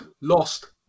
lost